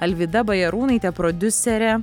alvyda bajarūnaitė prodiuserė